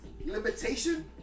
limitation